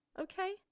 okay